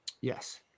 Yes